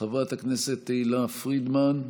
חברת הכנסת תהלה פרידמן,